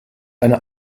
eine